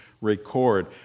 record